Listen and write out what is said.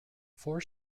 four